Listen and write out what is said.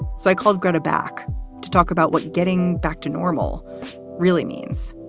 so i called going to back to talk about what getting back to normal really means.